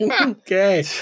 Okay